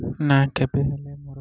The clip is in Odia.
ନା କେବେ ହେଲେ ମୋର